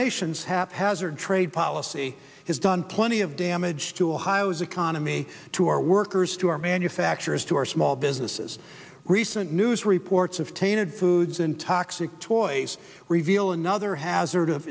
nation haphazard trade policy has done plenty of damage to a high was economy to our workers to our manufacturers to our small businesses recent news reports of tainted foods and toxic toys reveal another hazard of